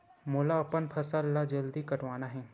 मोला अपन फसल ला जल्दी कटवाना हे?